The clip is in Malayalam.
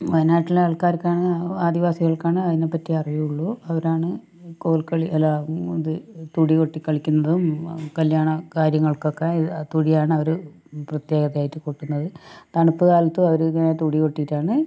വയനാട്ടിലെ ആൾക്കാർക്കാണ് ആദിവാസികൾക്കാണ് അതിനെപ്പറ്റി അറിയുള്ളു അവരാണ് കോൽക്കളി അല്ല ഇത് തുടികൊട്ടി കളിക്കുന്നതും കല്ല്യാണ കാര്യങ്ങൾക്കൊക്കെ തുടിയാണ് അവർ പ്രത്യേകതയായിട്ട് കൊട്ടുന്നത് തണുപ്പ് കാലത്തും അവരിങ്ങനെ തുടി കൊട്ടിയിട്ടാണ്